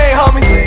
homie